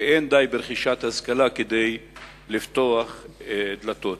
ואין די ברכישת השכלה לפתוח דלתות.